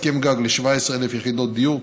הסכם גג ל-17,000 יחידות דיור,